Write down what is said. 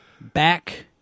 Back